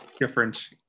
different